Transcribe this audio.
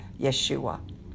Yeshua